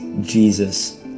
Jesus